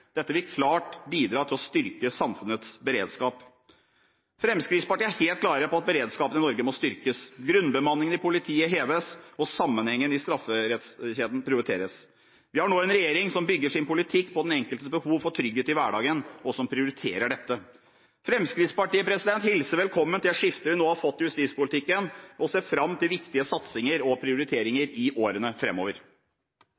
Dette kommer i tillegg til den kraftige økningen innenfor politiet og vil klart bidra til å styrke samfunnets beredskap. Fremskrittspartiet er helt klare på at beredskapen i Norge må styrkes, grunnbemanningen i politiet heves og sammenhengen i strafferettskjeden prioriteres. Vi har nå en regjering som bygger sin politikk på den enkeltes behov for trygghet i hverdagen – og som prioriterer dette. Fremskrittspartiet hilser velkommen det skiftet vi nå har fått i justispolitikken, og ser fram til viktig satsninger og